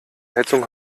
heizung